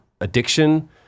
addiction